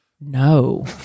No